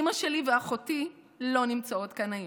אימא שלי ואחותי לא נמצאות כאן היום.